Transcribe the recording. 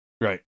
Right